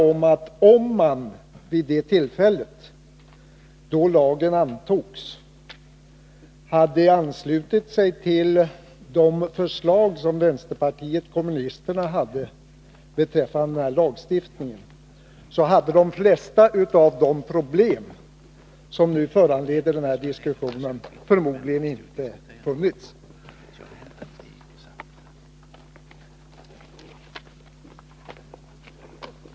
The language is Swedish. Hade man vid det ifrågavarande tillfället anslutit sig till vänsterpartiet kommunisternas förslag beträffande lagstiftningen, skulle förmodligen de flesta av de problem som föranleder den här diskussionen inte ha funnits.